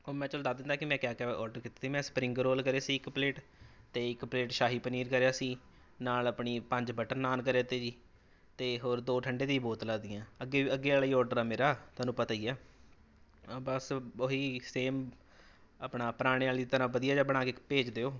ਉਹ ਮੈਂ ਚੱਲ ਦੱਸ ਦਿੰਦਾ ਕਿ ਮੈਂ ਕਿਆ ਕਿਆ ਔਰਡਰ ਕੀਤੇ ਤੇ ਮੈਂ ਸਪਰਿੰਗ ਰੋਲ ਕਰੇ ਸੀ ਇੱਕ ਪਲੇਟ ਅਤੇ ਇੱਕ ਪਲੇਟ ਸ਼ਾਹੀ ਪਨੀਰ ਕਰਿਆ ਸੀ ਨਾਲ ਆਪਣੀ ਪੰਜ ਬਟਰ ਨਾਨ ਕਰੇ ਤੇ ਜੀ ਅਤੇ ਹੋਰ ਦੋ ਠੰਡੇ ਦੀ ਬੋਤਲਾਂ ਤੀਆਂ ਅੱਗੇ ਅੱਗੇ ਵਾਲਾ ਹੀ ਔਰਡਰ ਆ ਮੇਰਾ ਤੁਹਾਨੂੰ ਪਤਾ ਹੀ ਹੈ ਬਸ ਉਹੀ ਸੇਮ ਆਪਣਾ ਪੁਰਾਣੇ ਵਾਲੇ ਦੀ ਤਰ੍ਹਾਂ ਵਧੀਆ ਜਿਹਾ ਬਣਾ ਕੇ ਭੇਜ ਦਿਓ